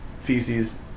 feces